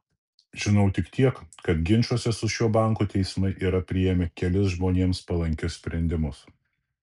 žinau tik tiek kad ginčuose su šiuo banku teismai yra priėmę kelis žmonėms palankius sprendimus